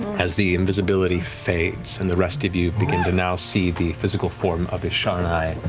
as the invisibility fades, and the rest of you begin to now see the physical form of isharnai